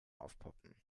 aufpoppen